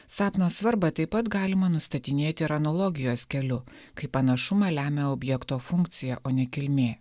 sapno svarbą taip pat galima nustatinėti ir analogijos keliu kai panašumą lemia objekto funkcija o ne kilmė